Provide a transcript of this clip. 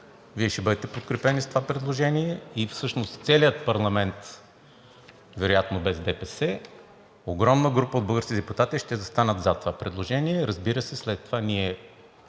Вие ще бъдете подкрепени за това предложение и всъщност целият парламент, вероятно без ДПС, огромна група от българските депутати ще застанат зад това предложение. Разбира се, след това ние